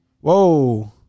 Whoa